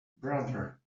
brother